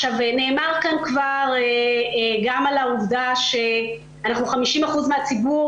נאמר כאן כבר גם על העובדה שאנחנו 50% מהציבור